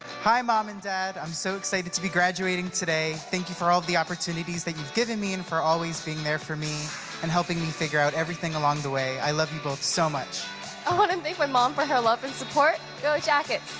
hi mom and dad. i'm so excited to be graduating today. thank you for all the opportunities that you've given me and for always being there for me and helping me figure out everything along the way. i love you both so much. i want to thank my mom for her love and support. go jackets!